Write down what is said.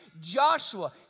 Joshua